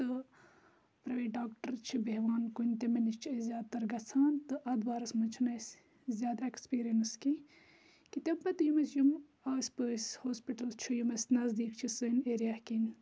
تہٕ private doctor چھِ بِیٚہوان کُنہِ تہِ تِمَن نِش چھ أسۍ زیادٕ تَر گَژھان تہٕ اَتھ بارَس منٛز چھِنہِ أسۍ زیادٕ ایٚکٕسپیرنٕس کیٚنٛہہ کہِ تمہِ پَتہِ یِم أسۍ یِم آس پٲس ہاسپِٹَل چھ یِم اَسہِ نَزدیک چھ سٲنۍ اِیرِیا کِنۍ